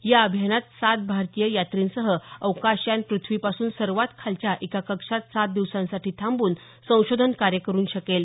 या अभियानात सात भारतीय यात्रींसह अवकाशयान पृथ्वीपासून सर्वात खालच्या एका कक्षात सात दिवसांसाठी थांबून संशोधन कार्य करून शकेल